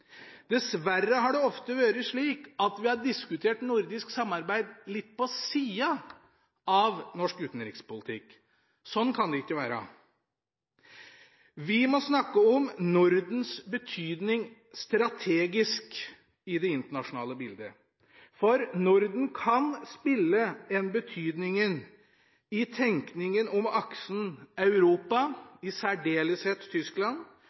Dessverre har det ofte vært slik at vi har diskutert nordisk samarbeid litt på sida av norsk utenrikspolitikk. Sånn kan det ikke være. Vi må snakke om Nordens strategiske betydning i det internasjonale bildet. Norden kan spille en betydning i tenkinga om aksen